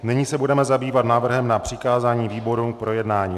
Nyní se budeme zabývat návrhem na přikázání výborům k projednání.